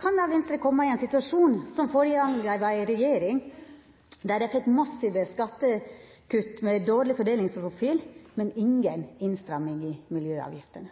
kan Venstre koma i ein situasjon som førre gongen dei var i regjering, der dei fekk massive skattekutt med dårleg fordelingsprofil, men inga innstramming i